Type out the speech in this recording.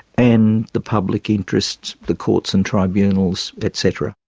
and the public interests, the courts and tribunals et cetera.